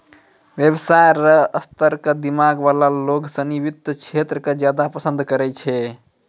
व्यवसाय र स्तर क दिमाग वाला लोग सिनी वित्त क्षेत्र क ज्यादा पसंद करै छै